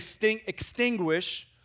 extinguish